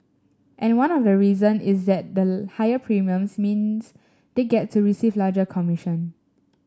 and one of the reason is that the higher premiums means they get to receive a larger commission